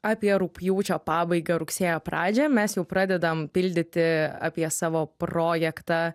apie rugpjūčio pabaigą rugsėjo pradžią mes jau pradedam pildyti apie savo projektą